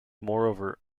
moreover